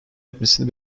etmesini